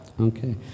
Okay